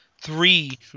three